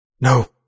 No